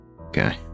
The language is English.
Okay